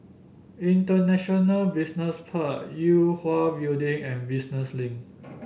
International Business Park Yue Hwa Building and Business Link